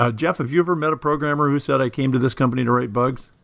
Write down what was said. ah jeff, have you ever met a programmer who said, i came to this company to write bugs?